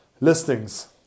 Listings